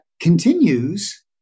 Continues